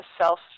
self